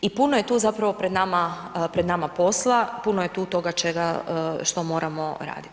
I puno je tu zapravo pred nama posla, puno je tu toga čega što moramo raditi.